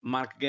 Mark